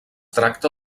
tracta